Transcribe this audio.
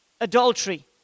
Adultery